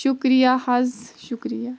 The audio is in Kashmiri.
شُکریا حظ شُکریا